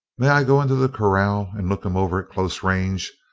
may i go into the corral and look him over at close range?